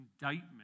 indictment